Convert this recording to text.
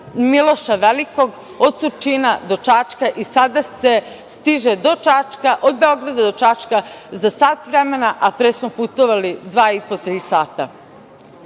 „Miloša Velikog“ od Surčina do Čačka i sada se stiže do Beograda do Čačka za sat vremena, a pre smo putovali dva i po, tri